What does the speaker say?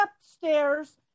upstairs